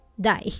die